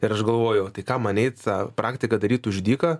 ir aš galvojau tai ką man eit tą praktiką daryt už dyką